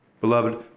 Beloved